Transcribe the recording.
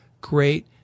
great